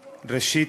ראשית,